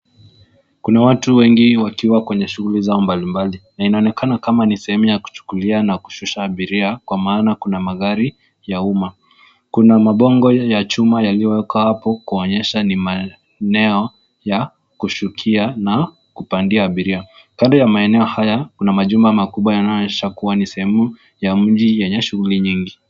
Kuna watu wengi wakiwa kwenye shughuli zao mbalimbali na inaonekana kama ni sehemu ya kuchukulia kushukisha abira kwa maana kuna magari ya umma, kuna mabongo ya chuma yaliowekwa hapo kuonyesha maeneo ya kushukia na kupandia abiria, kando ya maeneo haya kuna machuma kubwa yanayoonyesha kuwa ni sehemu ya mji yenye shughuli mingi.